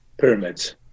pyramids